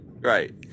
Right